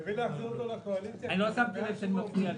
חייבים להחזיר אותו לקואליציה --- לא שמתי לב שאני מפריע לך.